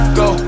go